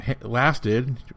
lasted